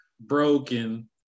broken